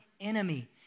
enemy